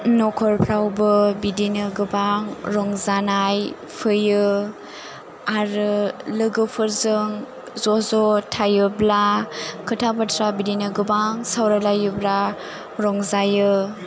नखरफ्रावबो बिदिनो गोबां रंजानाय फैयो आरो लोगोफोरजों ज' ज' थायोब्ला खोथा बाथ्रा बिदिनो गोबां सावरायलायोब्ला रंजायो